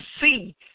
see